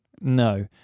No